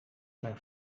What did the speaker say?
mijn